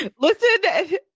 listen